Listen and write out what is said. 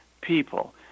people